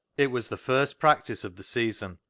it was the first practice of the season,